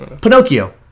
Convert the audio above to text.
Pinocchio